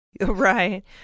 Right